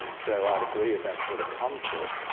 and so i'd agree with that sort of concept.